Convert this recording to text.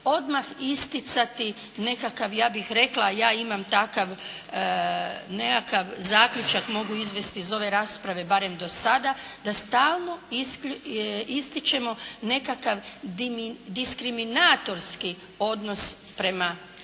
odmah isticati nekakav ja bih rekla ja imam takav nekakav zaključak, mogu izvesti iz ove rasprave barem do sada, da stalno ističemo nekakav diskriminatorski odnos prema djeci